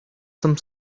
some